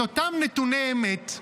את אותם נתוני אמת,